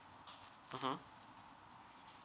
mmhmm